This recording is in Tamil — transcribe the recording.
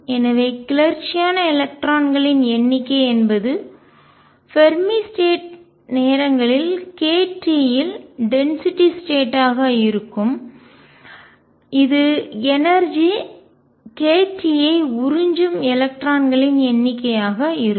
எனவே கிளர்ச்சியான எலக்ட்ரான்களின் எண்ணிக்கை என்பது ஃபெர்மி ஸ்டேட் நிலை நேரங்களில் kTயில் டென்சிட்டி ஸ்டேட் ஆக இருக்கும் இது எனர்ஜிஆற்றல் kTயை உறிஞ்சும் எலக்ட்ரான்களின் எண்ணிக்கையாக இருக்கும்